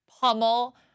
pummel